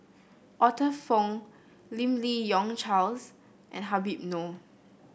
Arthur Fong Lim Li Yong Charles and Habib Noh